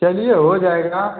चलिए हो जाएगा